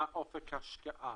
מה אופק ההשקעה,